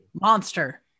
monster